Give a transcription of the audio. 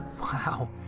Wow